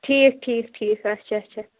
ٹھیٖک ٹھیٖک ٹھیٖک اچھا اچھا